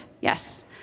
Yes